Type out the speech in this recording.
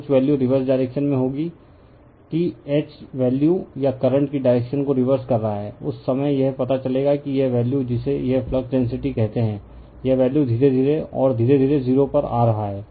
तो कुछ value reverse direction में होगा कि H वैल्यू या करंट कि डायरेक्शन को रिवर्स कर रहा है उस समय यह पता चलेगा कि यह वैल्यू जिसे यह फ्लक्स डेंसिटी कहते हैं यह वैल्यू धीरे धीरे और धीरे धीरे 0 पर आ रहा है